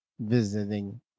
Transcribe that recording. visiting